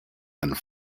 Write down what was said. and